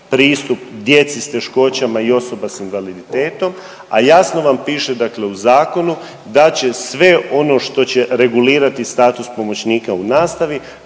pristup djeci s teškoćama i osoba s invaliditetom, a jasno vam piše, dakle u zakonu da će sve ono što će regulirati status pomoćnika u nastavi,